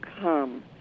come